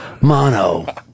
Mono